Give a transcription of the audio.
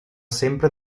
sempre